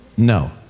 No